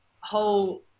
whole